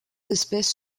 espèces